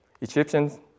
Egyptians